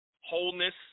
wholeness